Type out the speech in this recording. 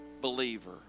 believer